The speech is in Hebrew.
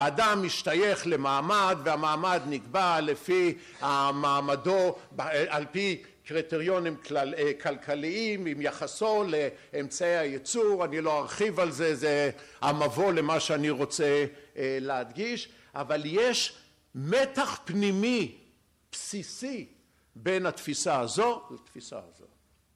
אדם משתייך למעמד והמעמד נקבע לפי מעמדו על פי קריטריונים כלכליים עם יחסו לאמצעי היצור, אני לא ארחיב על זה זה המבוא למה שאני רוצה להדגיש אבל יש מתח פנימי בסיסי בין התפיסה הזו לתפיסה הזו